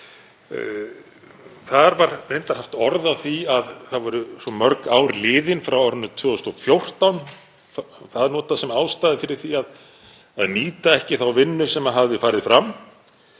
Þar var reyndar haft orð á því að það væru svo mörg ár liðin frá árinu 2014. Það var notað sem ástæða fyrir því að nýta ekki þá vinnu sem hafði farið fram,